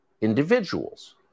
individuals